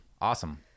awesome